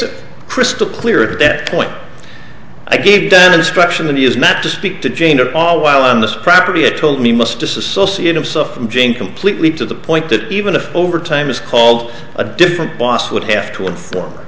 it crystal clear at that point i gave dunn instruction and he is not to speak to jane at all while on this property it told me must disassociate himself from jane completely to the point that even if overtime is called a different boss would have to inform